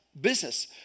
business